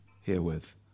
herewith